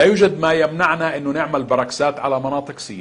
אין דבר שמונע מאיתנו להציב קרווילות בשטחי C,